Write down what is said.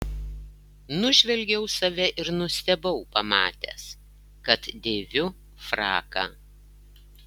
nužvelgiau save ir nustebau pamatęs kad dėviu fraką